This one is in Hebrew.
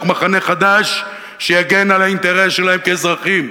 מחנה חדש שיגן על האינטרס שלהם כאזרחים,